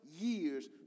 years